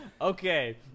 Okay